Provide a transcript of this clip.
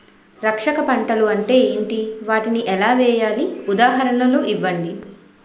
రక్షక పంటలు అంటే ఏంటి? వాటిని ఎలా వేయాలి? ఉదాహరణలు ఇవ్వండి?